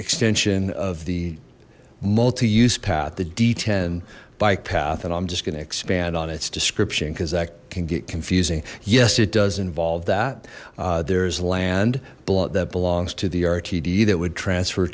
extension of the multi use path the d ten bike path and i'm just going to expand on its description because that can get confusing yes it does involve that there's land blount that belongs to the rtd that would transfer